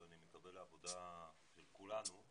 ואני מקווה לעבודה פורה,